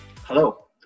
Hello